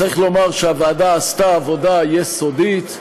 צריך לומר שהוועדה עשתה עבודה יסודית,